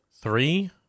three